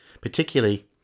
Particularly